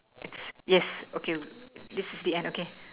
yes okay this is the end okay